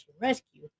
Rescue